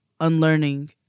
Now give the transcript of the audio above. unlearning